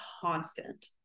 constant